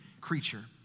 creature